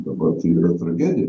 dabar tai yra tragedija